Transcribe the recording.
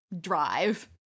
drive